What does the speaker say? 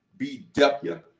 BW